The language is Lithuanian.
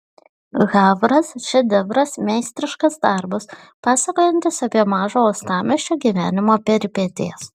havras šedevras meistriškas darbas pasakojantis apie mažo uostamiesčio gyvenimo peripetijas